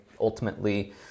ultimately